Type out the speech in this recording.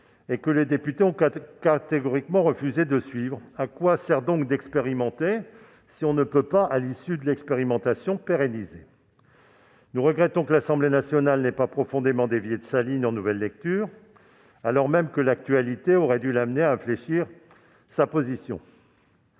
et que les députés ont catégoriquement refusé de suivre. À quoi sert donc d'expérimenter si l'on ne peut pas, à l'issue de l'expérimentation, pérenniser ? Nous regrettons que l'Assemblée nationale n'ait pas fondamentalement dévié de sa ligne en nouvelle lecture, alors même que l'actualité aurait dû l'amener à infléchir sa position.